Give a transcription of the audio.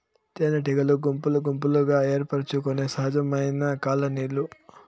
తేనెటీగలు గుంపులు గుంపులుగా ఏర్పరచుకొనే సహజమైన కాలనీలు